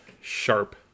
sharp